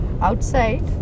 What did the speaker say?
outside